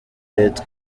red